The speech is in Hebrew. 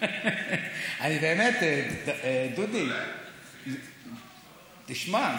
אני באמת, דודי, תשמע,